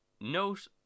Note